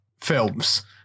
films